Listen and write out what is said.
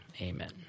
Amen